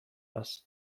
است